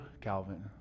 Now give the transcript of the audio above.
Calvin